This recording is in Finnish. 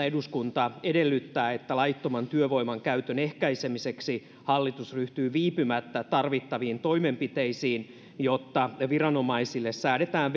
eduskunta edellyttää että laittoman työvoiman käytön ehkäisemiseksi hallitus ryhtyy viipymättä tarvittaviin toimenpiteisiin jotta viranomaisille säädetään